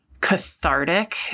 cathartic